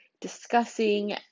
discussing